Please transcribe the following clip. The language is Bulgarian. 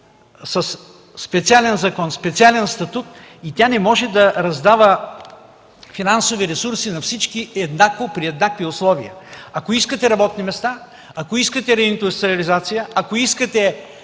трябва да получи специален статут и тя не може да раздава финансови ресурси на всички еднакво, при еднакви условия. Ако искате работни места, ако искате реиндустриализация, ако искате